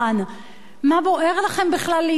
מה בוער לכם בכלל להתעמת עם הידידה